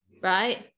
right